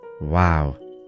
Wow